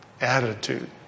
attitude